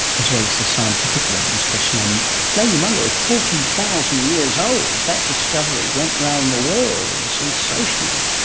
as well as the scientific ones, because you know um lady mungo is forty thousand years old, that discovery went around the world, it was sensational.